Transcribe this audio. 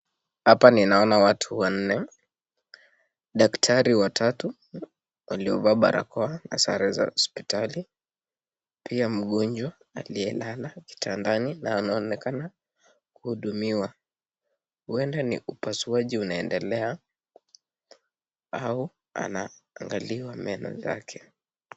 Hapa ninaona watu wanne, daktari watatu waliovaa barakoa na sare za kihospitali, pia mgonjwa aliyelala kitandani na anaonekana akihudumiwa. Huenda ni upasuaji inaendelea au anaangaliwa meno yake.